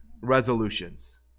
resolutions